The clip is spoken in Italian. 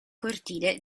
cortile